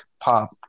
pop